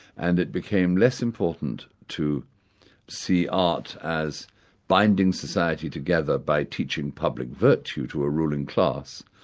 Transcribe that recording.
and it became less important to see art as binding society together by teaching public virtue to a ruling class.